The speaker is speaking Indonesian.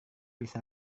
bisa